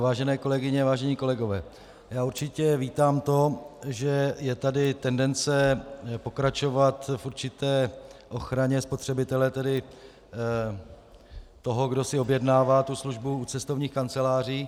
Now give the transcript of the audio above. Vážené kolegyně, vážení kolegové, já určitě vítám to, že je tady tendence pokračovat v určité ochraně spotřebitele, tedy toho, kdo si objednává službu u cestovních kanceláří.